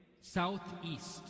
southeast